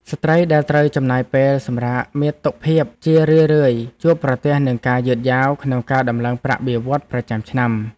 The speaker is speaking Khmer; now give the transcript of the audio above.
ស្ត្រីដែលត្រូវចំណាយពេលសម្រាកមាតុភាពជារឿយៗជួបប្រទះនឹងការយឺតយ៉ាវក្នុងការតម្លើងប្រាក់បៀវត្សរ៍ប្រចាំឆ្នាំ។